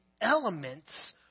elements